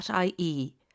IE